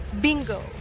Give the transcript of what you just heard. BINGO